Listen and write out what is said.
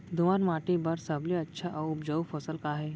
दोमट माटी बर सबले अच्छा अऊ उपजाऊ फसल का हे?